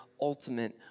ultimate